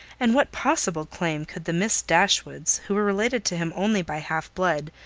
and what possible claim could the miss dashwoods, who were related to him only by half blood,